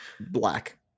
Black